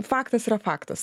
faktas yra faktas